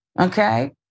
okay